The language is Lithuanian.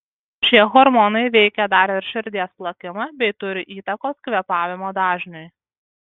šie hormonai veikia dar ir širdies plakimą bei turi įtakos kvėpavimo dažniui